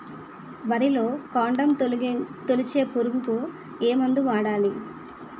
వరిలో కాండము తొలిచే పురుగుకు ఏ మందు వాడాలి?